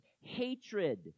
hatred